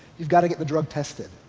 you've got to get the drug tested.